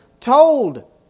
told